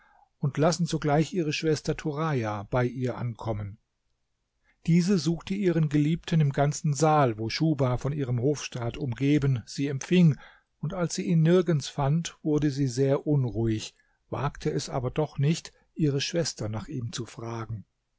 und lassen sogleich ihre schwester turaja bei ihr ankommen diese suchte ihren geliebten im ganzen saal wo schuhba von ihrem hofstaat umgeben sie empfing und als sie ihn nirgends fand wurde sie sehr unruhig wagte es aber doch nicht ihre schwester nach ihm zu fragen